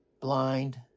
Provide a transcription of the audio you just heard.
blind